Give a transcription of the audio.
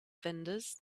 vendors